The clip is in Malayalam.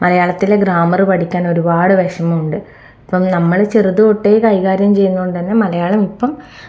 മലയാളത്തിൽ ഗ്രാമർ പഠിക്കാൻ ഒരുപാട് വിഷമം ഉണ്ട് അപ്പം നമ്മൾ ചെറുത് തൊട്ടേ കൈകാര്യം ചെയ്യുന്നതു കൊണ്ട് തന്ന മലയാളം ഇപ്പം